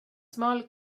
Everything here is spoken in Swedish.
smal